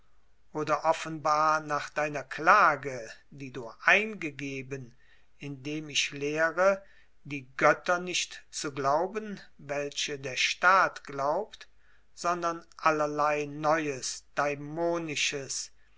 oder offenbar nach deiner klage die du eingegeben indem ich lehre die götter nicht zu glauben welche der staat glaubt sondern allerlei neues